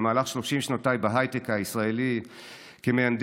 במהלך 30 שנותיי בהייטק הישראלי כמהנדס,